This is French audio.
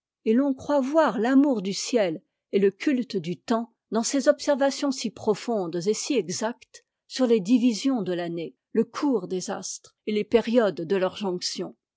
et l'on croit voir l'amour du ciel et le culte du temps dans ces observations si profondes et si exactes sur les divisions de l'année ie cours des astres et les périodes de leur jonction